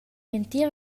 entir